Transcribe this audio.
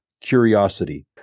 curiosity